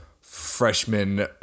freshman